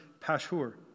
Pashur